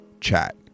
chat